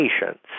patients